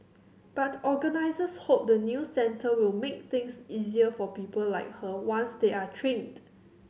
but organisers hope the new centre will make things easier for people like her once they are trained